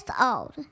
old